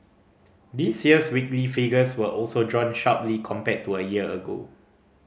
this year's weekly figures were also drawn sharply compared to a year ago